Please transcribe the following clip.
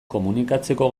komunikatzeko